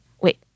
Wait